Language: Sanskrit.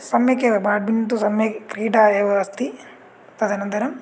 सम्यक् एव ब्याट्मिंट् सम्यक् क्रीडा एव अस्ति तदनन्तरम्